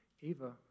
Eva